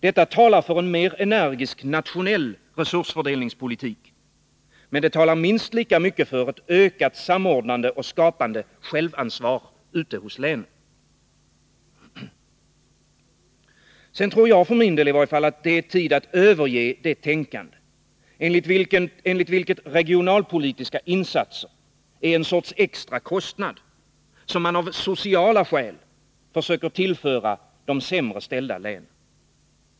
Detta talar för en mer energisk nationell resursfördelningspolitik, men det talar minst lika mycket för ett ökat samordnade och skapande självansvar hos länen. Sedan tror jag det är tid att överge det tänkande enligt vilket regionalpolitiska insatser är en sorts extra kostnad, som man av sociala skäl söker tillföra de sämre ställda länen.